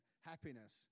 happiness